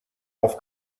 auf